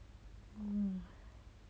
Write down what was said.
um